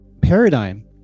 paradigm